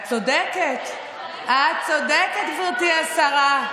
את צודקת, גברתי השרה.